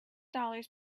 dollars